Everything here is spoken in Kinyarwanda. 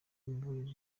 imiyoborere